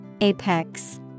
Apex